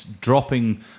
dropping